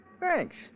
Thanks